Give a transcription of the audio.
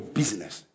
business